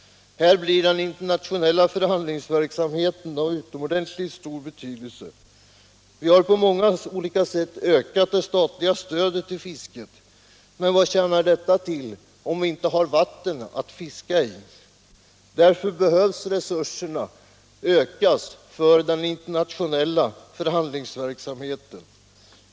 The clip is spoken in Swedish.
Här blir den internationella förhandlingsverksamheten av utomordentligt stor betydelse. Vi har på många olika sätt ökat det statliga stödet till fisket, men vad tjänar detta till om vi inte har vatten att fiska i? Därför behöver resurserna ökas för den internationella förhandlingsverksamheten.